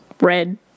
red